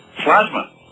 plasma